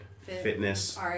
fitness